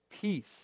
peace